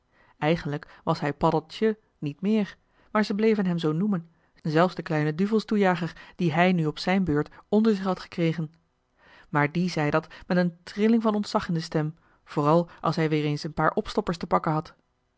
eigenlijk was hij paddeltje niet meer maar ze bleven hem zoo noemen zelfs de kleine duvelstoejager dien hij nu op zijn beurt onder zich had gekregen maar die zei dat met een trilling van ontzag in de stem vooral als hij eens een paar opstoppers te joh h